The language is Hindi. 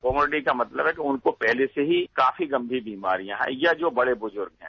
कॉमोर्डिटी का मतलब है कि उनको पहले से ही काफी गंगीर बीमारियां हैं या जो बड़े बुजुर्ग हैं